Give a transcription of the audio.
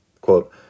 Quote